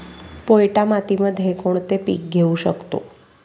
पोयटा मातीमध्ये कोणते पीक घेऊ शकतो?